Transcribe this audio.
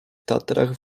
tatrach